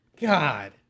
God